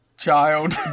child